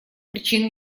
причин